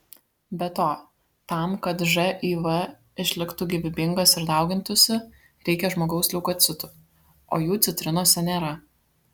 be to tam kad živ išliktų gyvybingas ir daugintųsi reikia žmogaus leukocitų o jų citrinose nėra